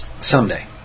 someday